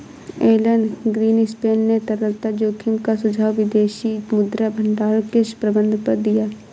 Elon Greenspan ने तरलता जोखिम का सुझाव विदेशी मुद्रा भंडार के प्रबंधन पर दिया